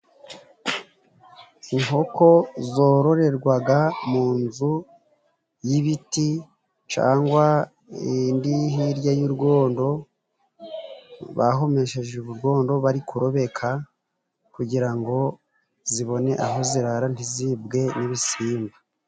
Inkoko zororerwaga mu nzu y'ibiti, cangwa indi hirya y'urwondo bahomesheje urwondo bari kurobeka, kugira ngo zibone aho zirara ntizibwe n'ibisimba.